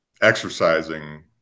exercising